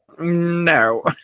No